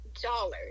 dollars